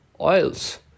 oils